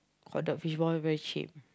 hot dog fishball very cheap